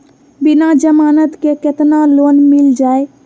बिना जमानत के केतना लोन मिल जाइ?